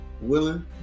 willing